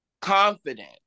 confident